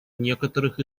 некоторых